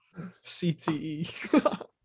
CTE